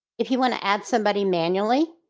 if you want to add somebody manually,